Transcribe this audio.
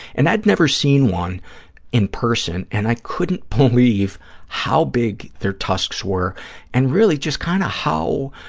and i'd never seen one in person and i couldn't believe how big their tusks were and really just kind of how